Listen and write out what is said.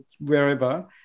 wherever